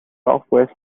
southwest